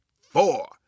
four